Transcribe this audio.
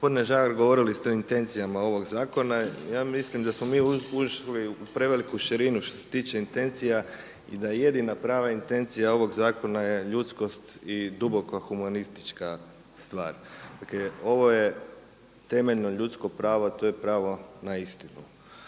Gospodine Žagar, govorili ste o intencijama ovog zakona i ja mislim da smo mi ušli u preveliku širinu što se tiče intencija i da je jedina pravna intencija ovog zakona je ljudskost i duboko humanistička stvar. Dakle ovo je temeljno ljudsko pravo, a to je pravo na istinu.